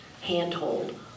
handhold